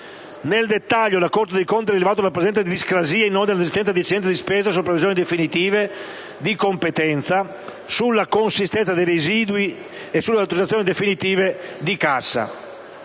Nel dettaglio, la Corte dei conti ha rilevato la presenza di discrasie in ordine all'esistenza di eccedenze di spesa sulle previsioni definitive di competenza, sulla consistenza dei residui e sulle autorizzazioni definitive di cassa.